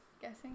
guessing